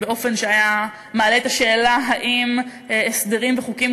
באופן שהיה מעלה את השאלה אם הסדרים וחוקים